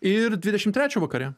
ir dvidešimt trečią vakare